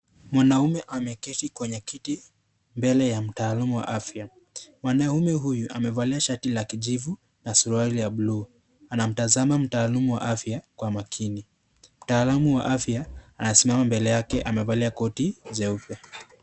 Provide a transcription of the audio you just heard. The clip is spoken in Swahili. Mwanaume ameketi kwenye kiti mbele ya mtaalam wa afya, mwanaume huyu amevalia shati la kijivu na suruali ya bulu, anamtazama mtaalamu wa afya kwa makini, mtaalamu wa afya anasimama mbele yake amevalia koti jeupe.